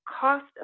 cost